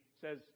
says